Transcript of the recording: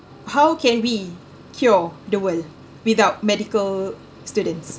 how can we cure the world without medical students